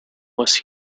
was